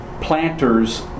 planters